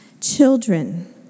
Children